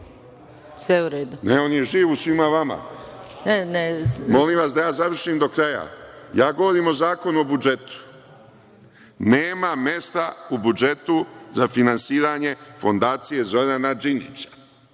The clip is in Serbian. Šešelj** Ne, on je živ u svima vama. Molim vas da završim do kraja. Govorim o Zakonu o budžetu. Nema mesta u budžetu za finansiranje „Fondacije Zorana Đinđića“